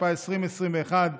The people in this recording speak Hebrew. התשפ"א 2021,